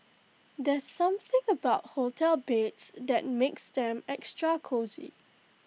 there's something about hotel beds that makes them extra cosy